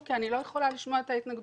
כי אני לא יכולה לשמוע את ההתנגדויות.